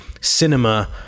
cinema